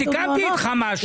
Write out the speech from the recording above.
סיכמתי איתך משהו.